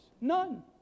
None